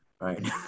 right